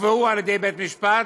נקבעו על ידי בית משפט,